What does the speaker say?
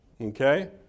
okay